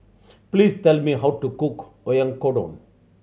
please tell me how to cook Oyakodon